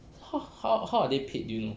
how how how are they paid do you know